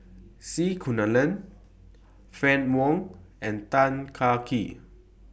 C Kunalan Fann Wong and Tan Kah Kee